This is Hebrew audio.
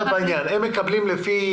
אני רוצה.